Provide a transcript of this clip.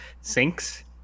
sinks